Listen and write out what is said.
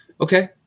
okay